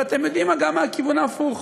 ואתם יודעים מה, גם מהכיוון ההפוך: